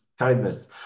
kindness